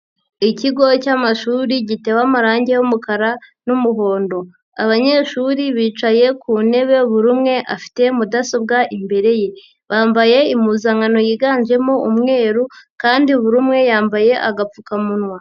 Ikigo cy'amashuri gitewe amarangi y'umukara n'umuhondo, abanyeshuri bicaye ku ntebe buri umwe afite mudasobwa imbere ye, bambaye impuzankano yiganjemo umweru kandi buri umwe yambaye agapfukamunwa.